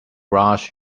rash